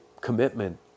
commitment